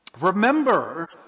Remember